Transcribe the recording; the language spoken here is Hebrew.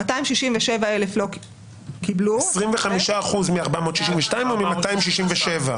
267,000 קיבלו --- 25% מתוך 462,000 או מ-267,000?